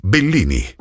Bellini